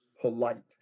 polite